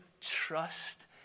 trust